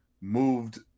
moved